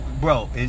bro